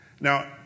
Now